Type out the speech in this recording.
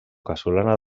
casolana